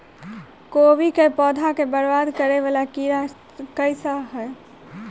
कोबी केँ पौधा केँ बरबाद करे वला कीड़ा केँ सा है?